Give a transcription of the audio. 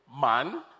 man